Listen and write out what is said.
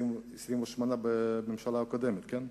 היו 28 בממשלה הקודמת, כן?